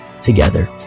together